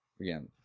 again